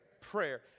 Prayer